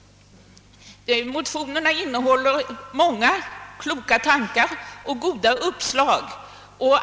Motionerna innehåller många kloka tankar och goda uppslag.